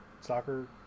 soccer